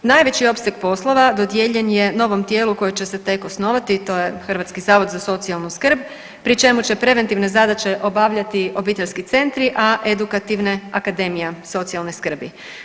Najveći opseg poslova dodijeljen je novom tijelu koje će se tek osnovati, to je Hrvatski zavod za socijalnu skrb pri čemu će preventivne zadaće obavljati obiteljski centri, a edukativne Akademija socijalne skrbi.